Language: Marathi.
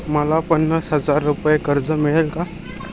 मला पन्नास हजार रुपये कर्ज मिळेल का?